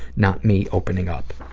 not me opening up.